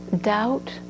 doubt